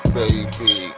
baby